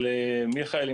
מיכאל,